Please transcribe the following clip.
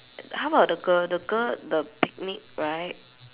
how about the girl the girl the picnic right